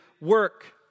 work